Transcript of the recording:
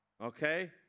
Okay